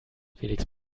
felix